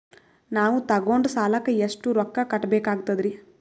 ನಾವು ತೊಗೊಂಡ ಸಾಲಕ್ಕ ಎಷ್ಟು ರೊಕ್ಕ ಕಟ್ಟಬೇಕಾಗ್ತದ್ರೀ?